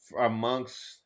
amongst